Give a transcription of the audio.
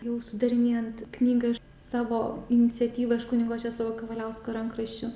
jau sudarinėjant knygą savo iniciatyva iš kunigo česlovo kavaliausko rankraščių